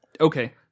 okay